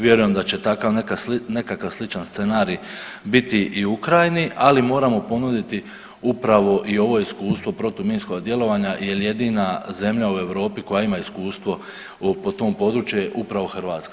Vjerujem da će takav nekakav sličan scenarij biti i u Ukrajini, ali moramo ponuditi upravo i ovo iskustvo protuminskog djelovanja jel jedina zemlja u Europi koja ima iskustvo po tom području je upravo Hrvatska.